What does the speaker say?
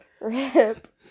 RIP